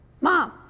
Mom